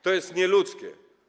To jest nieludzkie.